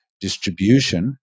distribution